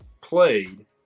played